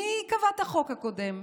מי קבע את החוק הקודם?